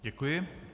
Děkuji.